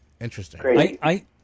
Interesting